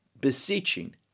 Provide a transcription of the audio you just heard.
Beseeching